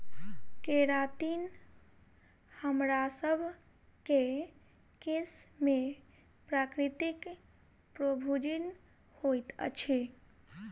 keratin हमरासभ केँ केश में प्राकृतिक प्रोभूजिन होइत अछि